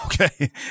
Okay